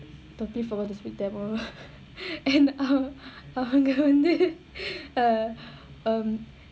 totally forgot to speak tamil and uh அங்க வந்து:anga vanthu uh um